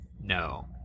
No